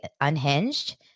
unhinged